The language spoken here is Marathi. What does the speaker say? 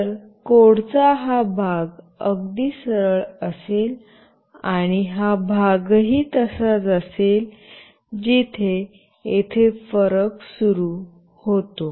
तर कोडचा हा भाग अगदी सरळ असेल आणि हा भागही तसाच असेल जिथे येथे फरक सुरू होतो